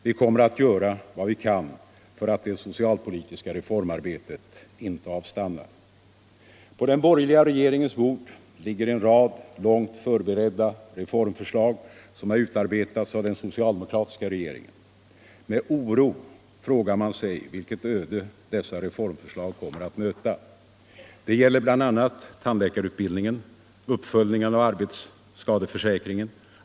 Vi kommer att göra vad vi kan för att det socialpolitiska reformarbetet inte skall avstanna. På den borgerliga regeringens bord ligger en rad långt förberedda reformförslag, som har utarbetats av den socialdemokratiska regeringen. Med oro frågar man sig vilket öde dessa reformförslag kommer att möta. Dcet gäller bl.a. tandläkarutbildningen, uppföljningen av arbetsskadeförsäkringen.